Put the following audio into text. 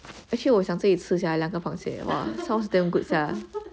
actually 我想自己吃 sia 两个螃蟹 !wah! sounds damn good sia